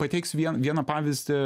pateiksiu vien vieną pavyzdį